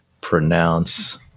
Pronounce